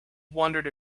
wondered